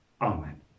Amen